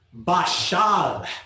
Bashal